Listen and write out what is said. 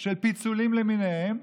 של פיצולים למיניהם,